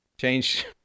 change